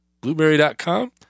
blueberry.com